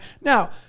Now